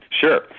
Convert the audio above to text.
Sure